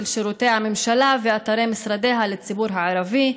שירותי הממשלה ואתרי משרדיה לציבור הערבי.